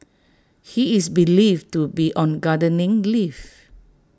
he is believed to be on gardening leave